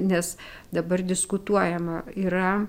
nes dabar diskutuojama yra